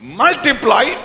multiply